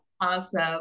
Awesome